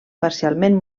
parcialment